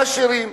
העשירים.